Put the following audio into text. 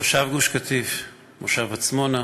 תושב גוש-קטיף, מושב עצמונה,